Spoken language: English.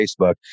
Facebook